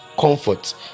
comfort